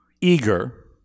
eager